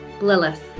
Lilith